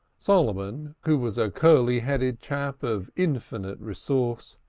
solomon, who was a curly-headed chap of infinite resource,